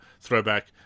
throwback